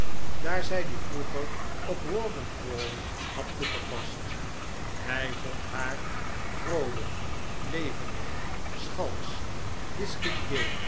daar zij die vroeger op rawdon crawley had toegepast hij vond haar vroolijk levendig schalksch